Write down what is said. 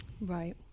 Right